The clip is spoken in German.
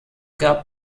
gab